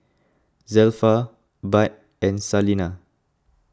Zelpha Bud and Salena